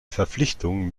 verpflichtungen